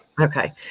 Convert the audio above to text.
Okay